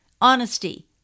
Honesty